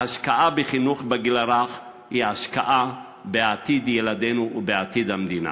ההשקעה בחינוך בגיל הרך היא השקעה בעתיד ילדינו ובעתיד המדינה.